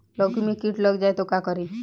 लौकी मे किट लग जाए तो का करी?